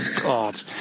God